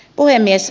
puhemies